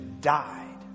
died